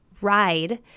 ride